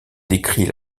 décrit